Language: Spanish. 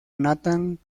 nathan